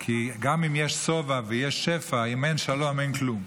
כי גם אם יש שובע ויש שפע, אם אין שלום, אין כלום.